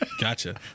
Gotcha